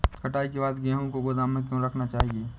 कटाई के बाद गेहूँ को गोदाम में क्यो रखना चाहिए?